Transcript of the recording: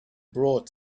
brought